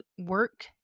work